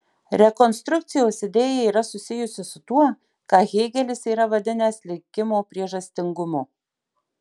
rekonstrukcijos idėja yra susijusi su tuo ką hėgelis yra vadinęs likimo priežastingumu